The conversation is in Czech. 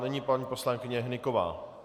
Nyní paní poslankyně Hnyková.